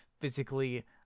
physically